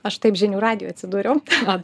aš taip žinių radijuj atsidūriau